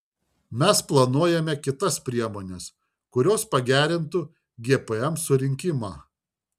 mes planuojame kitas priemones kurios pagerintų gpm surinkimą